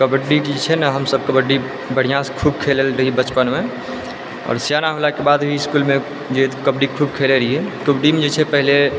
कबड्डी जे छै ने हमसब कबड्डी बढ़िऑं सँ खूब खेलए लए जाइयै बचपन मे और स्याना होला के बाद भी इसकुल मे जाइयै तऽ कबड्डी खूब खेलै रहियै कबड्डी मे जे छै पहिले